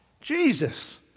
Jesus